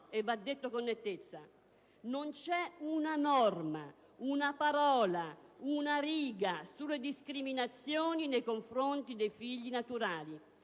e va detto con nettezza. Non c'è una norma, una parola, una riga sulle discriminazioni nei confronti dei figli naturali